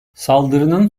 saldırının